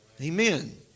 Amen